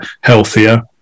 healthier